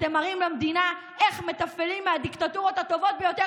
אתם מראים למדינה איך מתפעלים את הדיקטטורות הטובות ביותר,